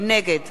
נגד